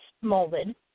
molded